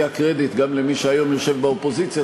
קרדיט גם למי שהיום יושב באופוזיציה,